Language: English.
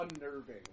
unnerving